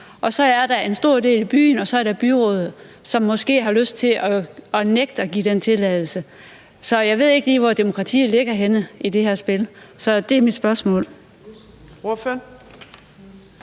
og så er der en stor del i byen, og så er der byrådet, som måske har lyst til at nægte at give den tilladelse. Så jeg ved ikke lige, hvor demokratiet ligger henne i det her spil. Så det er mit spørgsmål.